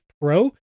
Pro